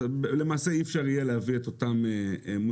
למעשה אי אפשר יהיה להביא את אותם מוצרים